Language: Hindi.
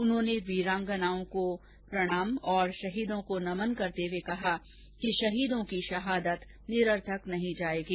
उन्होंने वीरांगनाओं को प्रणाम और शहीदों को नमन करते हुए कहा कि शहीदों की शहादत निरर्थक नहीं जाएंगी